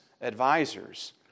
advisors